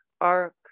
arc